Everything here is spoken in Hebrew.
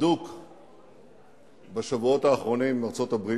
הדוק עם ארצות-הברית